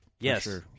Yes